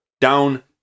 Down